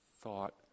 thought